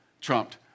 trumped